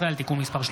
התקשורת (בזק ושידורים) (תיקון,